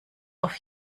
auf